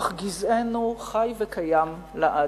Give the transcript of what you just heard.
אך גזענו חי וקיים לעד".